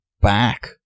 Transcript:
back